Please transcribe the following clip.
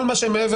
כל מה שהוא מעבר,